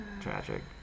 tragic